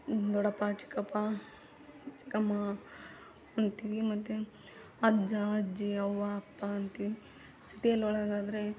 ದೊಡ್ಡಪ ಚಿಕ್ಕಪ್ಪ ಚಿಕ್ಕಮ್ಮ ಅಂತೀವಿ ಮತ್ತೆ ಅಜ್ಜ ಅಜ್ಜಿ ಅವ್ವ ಅಪ್ಪ ಅಂತೀವಿ ಸಿಟಿಯಲ್ಲಿ ಒಳಗಾದರೆ